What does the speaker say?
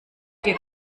dir